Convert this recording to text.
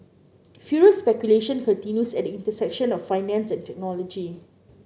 furious speculation continues at the intersection of finance and technology